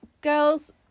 girls